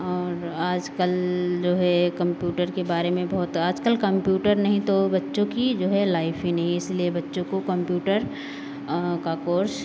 और आज कल जो है कम्प्यूटर के बारे में बहुत आज कल कम्प्यूटर नहीं तो बच्चों की जो है लाइफ़ ही नहीं है इसीलिए बच्चों को कम्प्यूटर का कोर्स